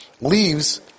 leaves